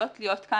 יכולות להיות כאן